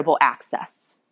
access